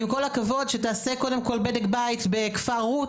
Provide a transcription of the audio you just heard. עם כל הכבוד שתעשה קודם כל בדק בית בכפר רות